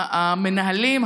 המנהלים,